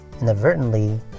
Inadvertently